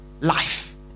life